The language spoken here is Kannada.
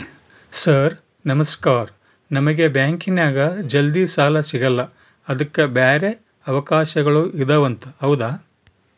ಸರ್ ನಮಸ್ಕಾರ ನಮಗೆ ಬ್ಯಾಂಕಿನ್ಯಾಗ ಜಲ್ದಿ ಸಾಲ ಸಿಗಲ್ಲ ಅದಕ್ಕ ಬ್ಯಾರೆ ಅವಕಾಶಗಳು ಇದವಂತ ಹೌದಾ?